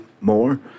more